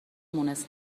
مونس